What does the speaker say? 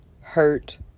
hurt